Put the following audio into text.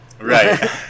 right